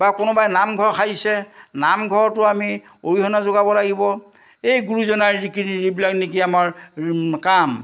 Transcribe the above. বা কোনোবাই নামঘৰ সাজিছে নামঘৰটো আমি অৰিহণা যোগাব লাগিব এই গুৰুজনাৰ যিখিনি যিবিলাক নেকি আমাৰ কাম